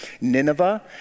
Nineveh